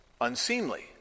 unseemly